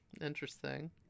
Interesting